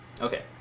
Okay